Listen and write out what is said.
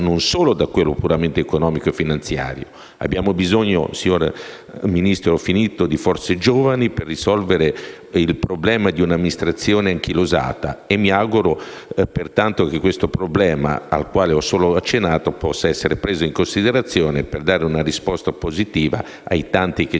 non solo da quello puramente economico e finanziario. Signor Ministro, abbiamo bisogno di forze giovani per risolvere il problema di un'amministrazione anchilosata. Mi auguro, pertanto, che questo problema, a cui ho solo accennato, possa essere preso in considerazione per dare una risposta positiva ai tanti che